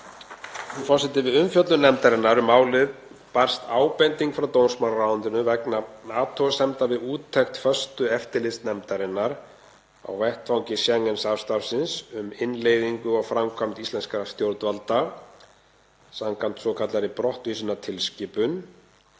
Frú forseti. Við umfjöllun nefndarinnar um málið barst ábending frá dómsmálaráðuneytinu vegna athugasemda við úttekt föstu eftirlitsnefndarinnar á vettvangi Schengen-samstarfsins um innleiðingu og framkvæmd íslenskra stjórnvalda samkvæmt svokallaðri brottvísunartilskipun